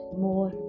more